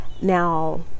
Now